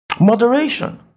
Moderation